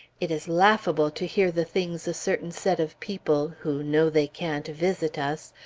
it is laughable to hear the things a certain set of people, who know they can't visit us,